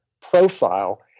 profile